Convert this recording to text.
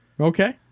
Okay